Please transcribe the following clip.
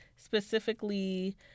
Specifically